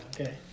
okay